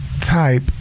type